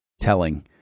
telling